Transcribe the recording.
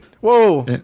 Whoa